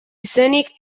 izenik